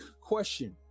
question